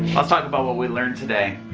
let's talk about what we learned today.